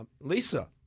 Lisa